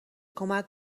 کمک